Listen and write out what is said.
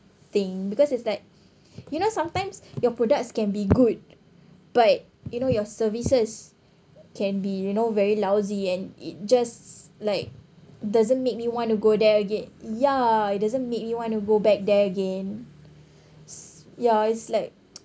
think because it's like you know sometimes your products can be good but you know your services can be you know very lousy and it just like doesn't make me want to go there again ya it doesn't make me want to go back there again ya it's like